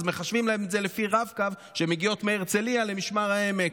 אז מחשבים להן את זה לפי רב-קו כשהן מגיעות מהרצליה למשמר העמק.